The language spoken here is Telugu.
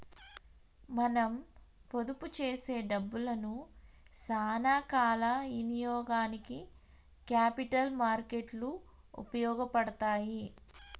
మనం పొదుపు చేసే డబ్బులను సానా కాల ఇనియోగానికి క్యాపిటల్ మార్కెట్ లు ఉపయోగపడతాయి